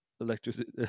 electricity